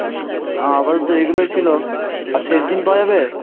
আপাতত এগুলোই ছিল আর সেটজিন পাওয়া যাবে